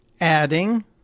Adding